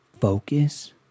focus